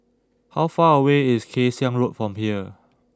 how far away is Kay Siang Road from here